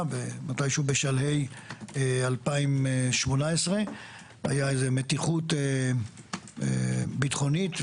בשלהי 2018. הייתה מתיחות ביטחונית,